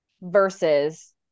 versus